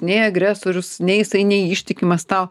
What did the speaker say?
nei agresorius ne jisai neištikimas tau